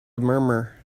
murmur